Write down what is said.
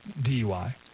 DUI